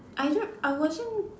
I don't I wasn't